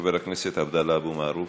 חבר הכנסת עבדאללה אבו מערוף.